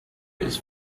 his